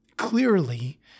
Clearly